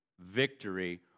victory